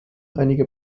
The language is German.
einige